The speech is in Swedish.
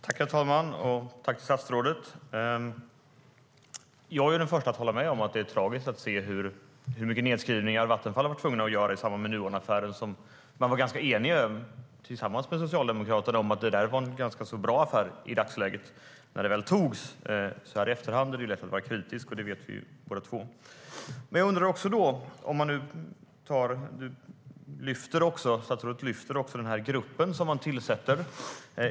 Herr talman! Jag tackar statsrådet för detta. Jag är den första att hålla med om att det är tragiskt att se hur mycket nedskrivningar Vattenfall har varit tvungna att göra i samband med Nuonaffären. Statsrådet lyfter fram den statsrådsgrupp som han tillsätter.